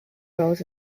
roles